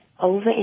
over